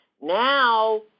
Now